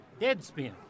deadspin